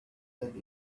that